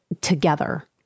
together